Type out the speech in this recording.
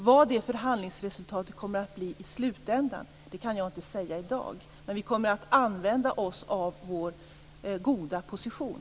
Vad det förhandlingsresultatet kommer att bli i slutänden kan jag inte säga i dag, men vi kommer att använda oss av vår goda position.